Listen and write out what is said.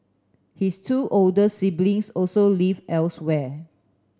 his two older siblings also live elsewhere